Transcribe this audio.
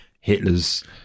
Hitler's